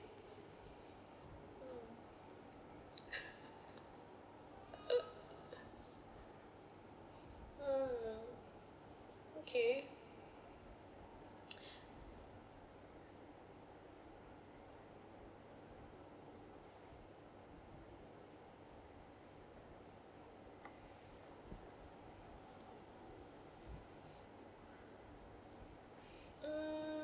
mm okay um